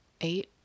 eight